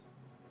אחרים.